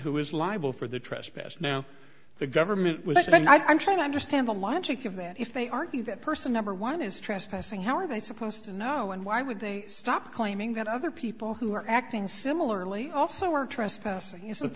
who is liable for the trespass now the government was and i'm trying to understand the logic of that if they argue that person number one is trespassing how are they supposed to know and why would they stop claiming that other people who are acting similarly also are trespassing